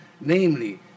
namely